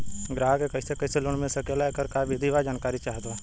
ग्राहक के कैसे कैसे लोन मिल सकेला येकर का विधि बा जानकारी चाहत बा?